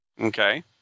Okay